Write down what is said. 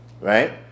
right